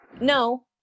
no